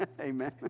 Amen